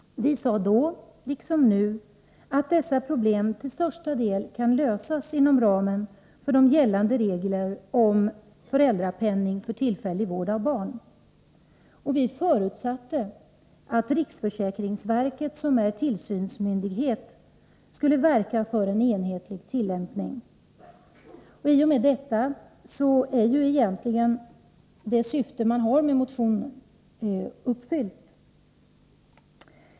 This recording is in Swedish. Vi sade då, liksom vi gör nu, att problemen till största delen kan lösas inom ramen för gällande regler om föräldrapenning för tillfällig vård av barn. Vi förutsatte vidare att riksförsäkringsverket, som är tillsynsmyndighet, skulle verka för en enhetlig tillämpning. I och med detta är motionernas syfte egentligen uppfyllt.